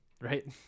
right